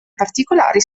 particolari